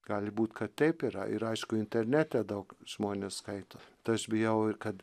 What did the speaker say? gali būt kad taip yra ir aišku internete daug žmonės skaito tai aš bijau ir kad